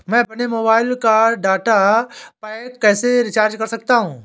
मैं अपने मोबाइल का डाटा पैक कैसे रीचार्ज कर सकता हूँ?